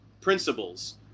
principles